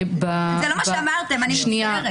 זה לא מה שאמרתם, אני מצטערת.